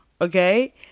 okay